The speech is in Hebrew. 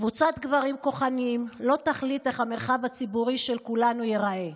קבוצת גברים כוחניים לא תחליט איך המרחב הציבורי של כולנו ייראה.